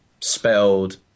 spelled